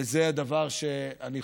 וזה הדבר שאני חושב.